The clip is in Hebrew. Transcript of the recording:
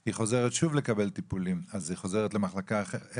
הם חוזרים למחלקה אחרת?